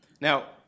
Now